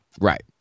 Right